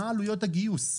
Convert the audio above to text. מה עלויות הגיוס,